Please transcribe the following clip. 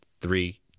Three